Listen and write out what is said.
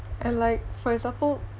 and like for example